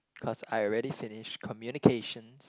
cause I already finish Communications